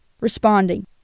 Responding